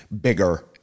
bigger